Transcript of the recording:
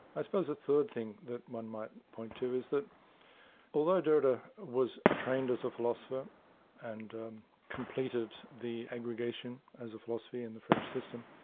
i suppose a third thing that one might point to is that although derrida was trained as a philosopher and completed the aggregation as a philosopher in the french system,